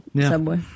subway